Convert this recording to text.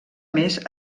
més